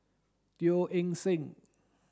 Teo Eng Seng